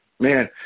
Man